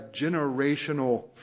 generational